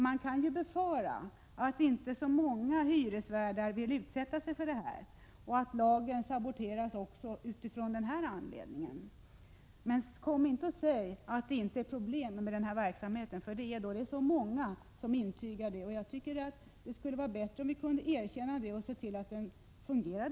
Man kan befara att inte så många hyresvärdar vill utsätta sig för detta och att lagen också av den anledningen saboteras. Men kom inte och säg att det inte är problem med den här verksamheten. Det är många som intygar att det finns problem. Jag tycker att det skulle vara bättre om vi kunde erkänna detta och såg till att lagen fungerar.